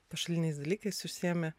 pašaliniais dalykais užsiemi